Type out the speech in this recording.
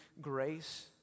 grace